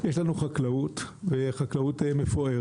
יש לנו חקלאות מפוארת,